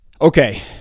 Okay